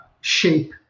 shape